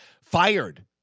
fired